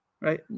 right